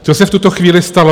Co se v tuto chvíli stalo?